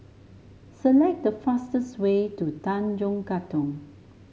select the fastest way to Tanjong Katong